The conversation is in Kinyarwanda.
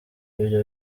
ibyo